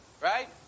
right